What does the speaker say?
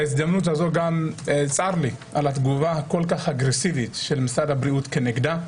בהזדמנות זו צר לי על התגובה הכל כך אגרסיבית של משרד הבריאות כנגדה,